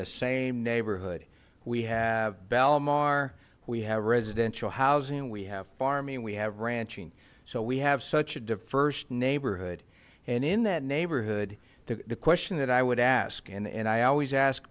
the same neighborhood we have balam our we have residential housing we have farming we have ranching so we have such a diverse neighborhood and in that neighborhood the question that i would ask and i always ask